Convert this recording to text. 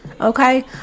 Okay